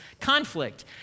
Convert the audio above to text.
conflict